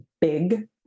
big